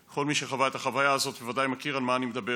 כל מי שחווה את החוויה הזאת בוודאי יודע על מה אני מדבר.